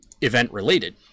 event-related